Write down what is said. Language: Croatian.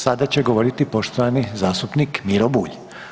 Sada će govoriti poštovani zastupnik Miro Bulj.